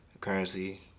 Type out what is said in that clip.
Currency